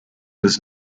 was